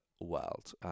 world